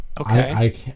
Okay